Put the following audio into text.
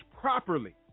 properly